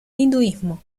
hinduismo